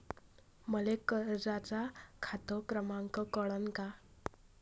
मले कर्जाचा खात क्रमांक कळन का?